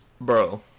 bro